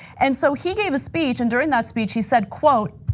and so, he gave a speech and during that speech, he said, quote,